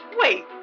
Wait